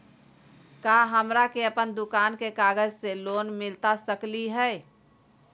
का हमरा के अपन दुकान के कागज से लोन मिलता सकली हई?